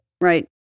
Right